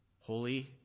Holy